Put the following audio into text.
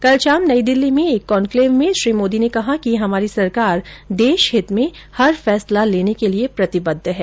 कल शाम नई दिल्ली में एक कॉन्क्लेव में श्री मोदी ने कहा हमारी सरकार देश हित में हर फैसला लेने के लिए प्रतिबद्ध है